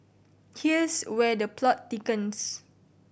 here's where the plot thickens